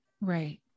Right